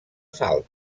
salt